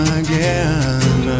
again